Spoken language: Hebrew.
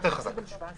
עו"ד ליבנה,